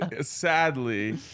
Sadly